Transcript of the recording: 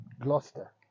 Gloucester